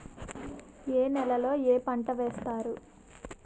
ఏ నేలలో ఏ పంట వేస్తారు?